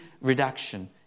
reduction